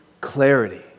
clarity